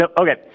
Okay